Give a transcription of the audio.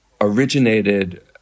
originated